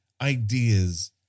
ideas